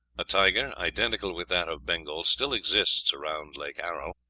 a tiger, identical with that of bengal, still exists around lake aral,